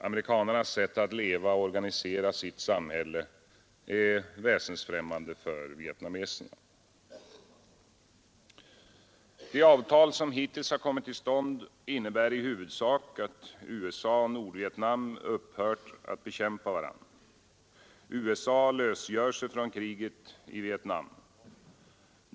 Amerikanernas sätt att leva och organisera sitt samhälle är väsensfrämmande för vietnameserna. De avtal som hittills kommit till stånd innebär i huvudsak att USA och Nordvietnam upphört att bekämpa varandra. USA lösgör sig från kriget i Vietnam.